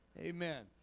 Amen